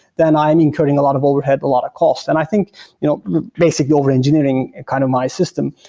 then i'm incurring a lot of overhead, a lot of cost. and i think you know basically over-engineering kind of my system.